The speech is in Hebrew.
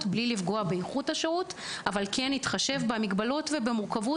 בלי לפגוע באיכות השירות ותוך התחשבות במגבלות המתוארות.